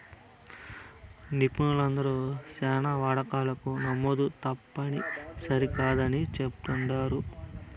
నిపుణులందరూ శానా వాటాలకు నమోదు తప్పుని సరికాదని చెప్తుండారు